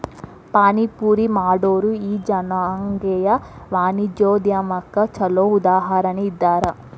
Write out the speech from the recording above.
ಪಾನಿಪುರಿ ಮಾಡೊರು ಈ ಜನಾಂಗೇಯ ವಾಣಿಜ್ಯೊದ್ಯಮಕ್ಕ ಛೊಲೊ ಉದಾಹರಣಿ ಇದ್ದಾರ